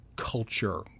culture